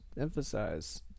emphasize